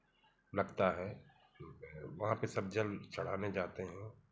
लगता है वहाँ पर सब जल चढ़ाने जाते हैं